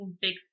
big